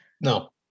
No